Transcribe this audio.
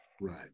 Right